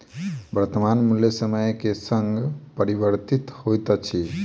वर्त्तमान मूल्य समय के संग परिवर्तित होइत अछि